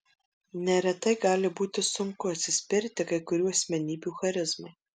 neretai gali būti sunku atsispirti kai kurių asmenybių charizmai